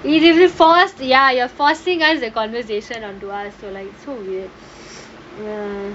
you usually force the us you are forcing us the conversation onto us like so weird